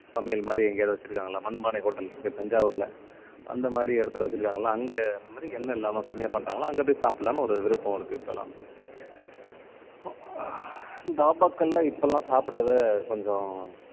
சமையல் மாதிரி எங்கேயாவது வெச்சுருக்காங்களா மண்பானை ஹோட்டல் இருக்குது தஞ்சாவூரில் அந்த மாதிரி இடத்துல வெச்சுருக்காங்களா அங்கே அந்த மாதிரி எண்ணெய் இல்லாமல் கம்மியாக பண்ணுறாங்களா அங்கே போய் சாப்பிட்லான்னு ஒரு விருப்பம் இருக்குது இப்பெல்லாம் தாபாக்களில் இப்பெல்லாம் சாப்பிட்றத கொஞ்சம்